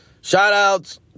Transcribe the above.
Shout-outs